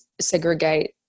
segregate